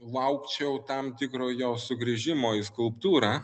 laukčiau tam tikro jo sugrįžimo į skulptūrą